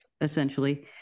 essentially